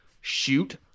Shoot